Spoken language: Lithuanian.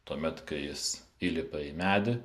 tuomet kai jis įlipa į medį